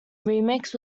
remix